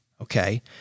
okay